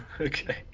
Okay